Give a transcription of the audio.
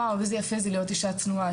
ואוו איזה יפה זה להיות אישה צנועה,